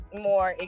more